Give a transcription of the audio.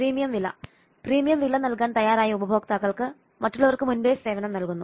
premium വില premium വില നൽകാൻ തയ്യാറായ ഉപഭോക്താക്കൾക്ക് മറ്റുള്ളവർക്ക് മുമ്പേ സേവനം നൽകുന്നു